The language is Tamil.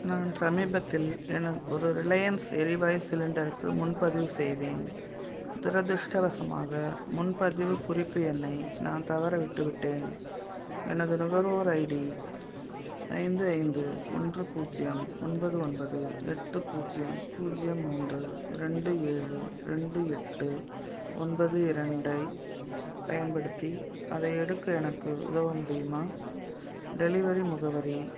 நான் சமீபத்தில் எனது ஒரு ரிலையன்ஸ் எரிவாயு சிலிண்டருக்கு முன்பதிவு செய்தேன் துரதிர்ஷ்டவசமாக முன்பதிவுக் குறிப்பு எண்ணை நான் தவற விட்டுவிட்டேன் எனது நுகர்வோர் ஐடி ஐந்து ஐந்து ஒன்று பூஜ்ஜியம் ஒன்பது ஒன்பது எட்டு பூஜ்ஜியம் பூஜ்ஜியம் மூன்று ரெண்டு ஏழு ரெண்டு எட்டு ஒன்பது இரண்டை பயன்படுத்தி அதை எடுக்க எனக்கு உதவ முடியுமா டெலிவரி முகவரி